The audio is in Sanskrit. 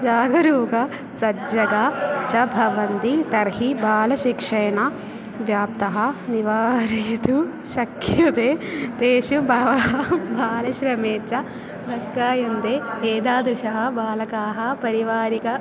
जागरूका सज्जता च भवन्ति तर्हि बालशिक्षेण व्याप्तः निवारयितुं शख्यते तेषु बहवः बालश्रमे च नक्कायन्दे एतादृशः बालकाः परिवारिक